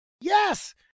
yes